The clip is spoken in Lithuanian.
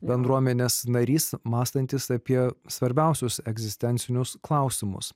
bendruomenės narys mąstantis apie svarbiausius egzistencinius klausimus